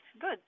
good